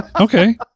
okay